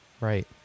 right